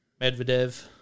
Medvedev